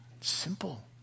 Simple